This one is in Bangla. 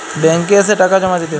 ব্যাঙ্ক এ এসে টাকা জমা দিতে হবে?